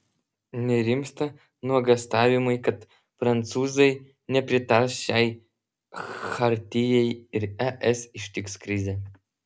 nerimsta nuogąstavimai kad prancūzai nepritars šiai chartijai ir es ištiks krizė